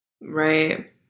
Right